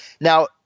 now